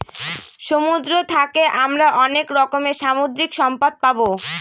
সমুদ্র থাকে আমরা অনেক রকমের সামুদ্রিক সম্পদ পাবো